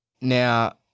Now